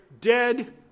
dead